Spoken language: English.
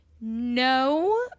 no